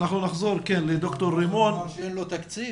הוא אמר שאין לו תקציב.